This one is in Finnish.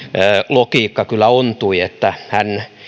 logiikka kyllä ontui että hän